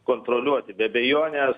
kontroliuoti be abejonės